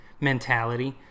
mentality